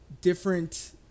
different